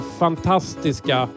fantastiska